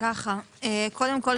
קודם כל,